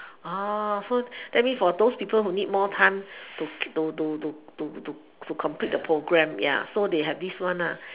uh so that means for those people who need more time to to to to to to complete the programme ya so they have this one lah